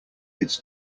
its